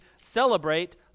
celebrate